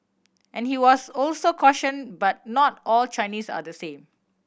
and he was also caution but not all Chinese are the same